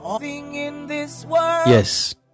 yes